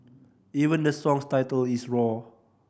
even the song's title is roar